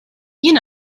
jien